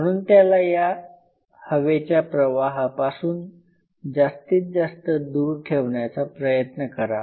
म्हणून त्याला या हवेच्या प्रवाहापासून जास्तीत जास्त दूर ठेवण्याचा प्रयत्न करा